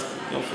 אני מסכים, כן.